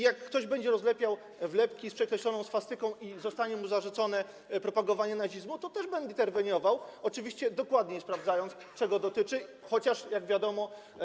Jak ktoś będzie rozlepiał wlepki z przekreśloną swastyką i zostanie mu zarzucone propagowanie nazizmu, to też będę interweniował, oczywiście dokładniej sprawdzając, czego to dotyczy, chociaż jak wiadomo.